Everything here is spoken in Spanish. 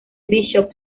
bishop